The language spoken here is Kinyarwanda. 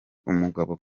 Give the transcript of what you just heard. umugabo